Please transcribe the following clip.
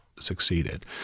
succeeded